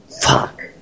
Fuck